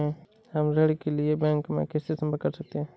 हम ऋण के लिए बैंक में किससे संपर्क कर सकते हैं?